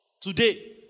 today